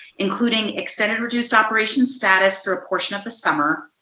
including extended reduced operation status for a portion of the summer,